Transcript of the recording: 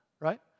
right